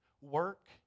work